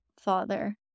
father